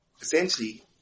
essentially